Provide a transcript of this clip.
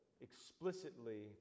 explicitly